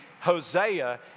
Hosea